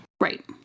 Right